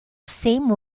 same